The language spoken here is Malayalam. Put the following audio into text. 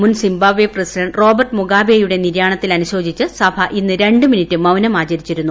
മുൻ സിംബാബ്വെ പ്രസിഡന്റ് റോബർട്ട് മുഗാബേയുടെ നിര്യാണത്തിൽ അനുശോചിച്ച് സഭ ഇന്ന് രണ്ട് മിനിട്ട് മൌനമാചരിച്ചിരുന്നു